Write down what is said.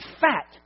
fat